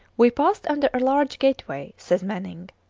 we passed under a large gateway, says manning,